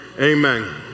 amen